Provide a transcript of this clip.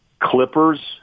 Clippers